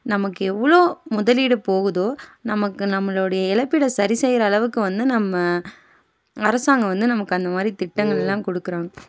நமக்கு எவ்வளோ முதலீடு போகுதோ நமக்கு நம்மளுடைய இழப்பீட சரி செய்கி ற அளவுக்கு வந்து நம்ம அரசாங்கம் வந்து நமக்கு அந்த மாதிரி திட்டங்கள்லாம் கொடுக்குறாங்க